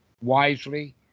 wisely